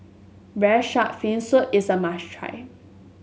Braised Shark Fin Soup is a must try